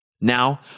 Now